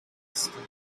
still